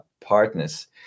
partners